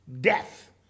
Death